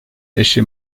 eşi